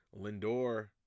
Lindor –